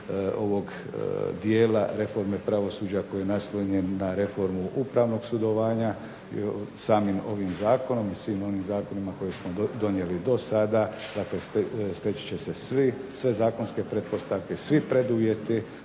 ovog dijela reforme pravosuđa koji je naslonjen na reformu upravnog sudovanja, samim ovim zakonom i svim onim zakonima koje smo donijeli do sada, dakle steći će se sve zakonske pretpostavke, svi preduvjeti